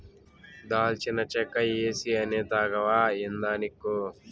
దాల్చిన చెక్క ఏసీ అనే తాగవా ఏందానిక్కు